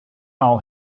all